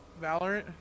Valorant